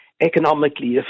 economically